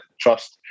trust